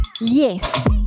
Yes